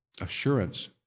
assurance